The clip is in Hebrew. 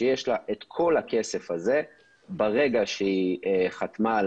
שיש לה כל הכסף הזה ברגע שהיא חתמה על